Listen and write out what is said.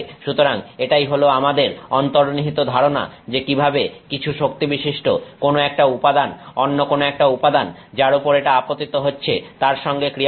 সুতরাং এটাই হলো আমাদের অন্তর্নিহিত ধারণা যে কিভাবে কিছু শক্তিবিশিষ্ট কোন একটা উপাদান অন্য একটা উপাদান যার উপর এটা আপতিত হচ্ছে তার সঙ্গে ক্রিয়া করে